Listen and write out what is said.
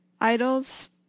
idols